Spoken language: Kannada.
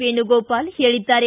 ವೇಣುಗೋಪಾಲ್ ಹೇಳಿದ್ದಾರೆ